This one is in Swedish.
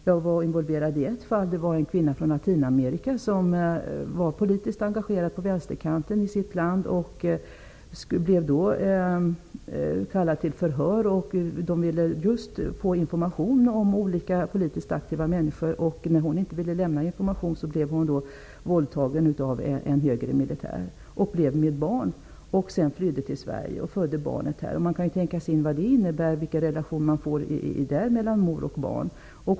Jag var involverad i ett fall som rörde en kvinna från Latinamerika. Hon var politiskt engagerad på vänsterkanten i sitt land och blev kallad till förhör. De ville få information om olika politiskt aktiva människor. När hon inte ville lämna information blev hon våldtagen av en högre militär och blev med barn. Hon flydde sedan till Sverige och födde barnet här. Man kan tänka sig in i vilken relation det i ett sådant fall blir mellan mor och barn.